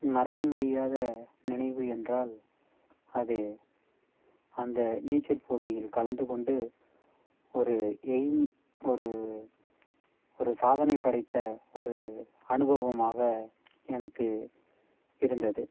மறக்க முடியாத நினைவு என்றால் அது அந்த நீச்சல் போட்டியில் கலந்துக் கொண்டு ஒரு எய்ம் ஒரு ஒரு சாதனைப் படைத்த ஒரு அனுபவமாக எனக்கு இருந்தது